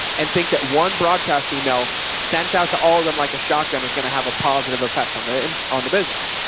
and think that one broadcast email sent out to all of them, like a shotgun is going to have a positive effect on the impact and on the business.